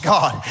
God